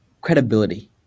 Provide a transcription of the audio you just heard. Credibility